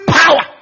power